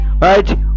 right